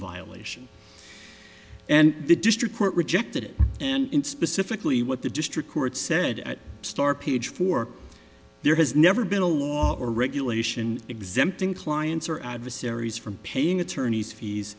violation and the district court rejected it and specifically what the district court said at star page four there has never been a law or regulation exempting clients or adversaries from paying attorneys fees